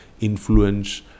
influence